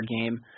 game